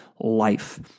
Life